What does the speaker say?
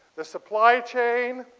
the supply chain.